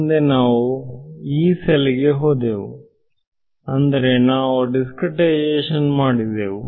ಮುಂದೆ ನಾವು Yee cell ಗೆ ಹೋದೆವು ಅಂದರೆ ನಾವು ದಿಸ್ಕ್ರೇಟೈಸೇಶನ್ ಮಾಡಿದೆವು